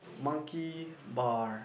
monkey bar